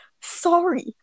sorry